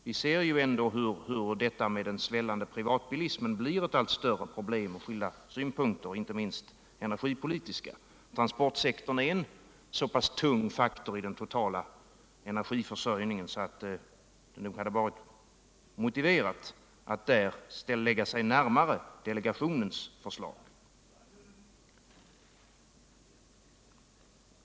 Vi ser ändå hur den svällande privatbilismen blivit eu allt större problem från skilda synpunkter, inte minst energipolitiska. Transportsektorn är en så pass tung faktor i den totala energiförsörjningen att det nog hade varit motiverat alt där lägga sig närmare delegationens förslag.